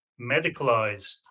medicalized